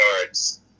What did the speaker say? yards